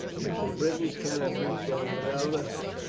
if the britons cannot beat them without us,